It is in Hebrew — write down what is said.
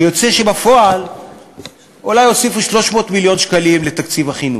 ויוצא שבפועל אולי הוסיפו 300 מיליון שקלים לתקציב החינוך.